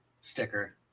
sticker